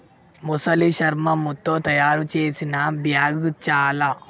మొసలి శర్మముతో తాయారు చేసిన బ్యాగ్ చాల